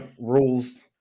rules